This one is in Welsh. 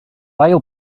ail